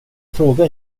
frågar